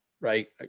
Right